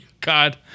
god